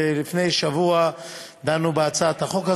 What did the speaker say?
לפני שבוע דנו בהצעת החוק הזאת.